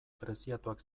preziatuak